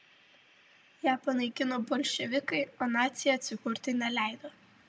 ją panaikino bolševikai o naciai atsikurti neleido